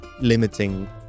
limiting